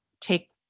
take